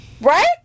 Right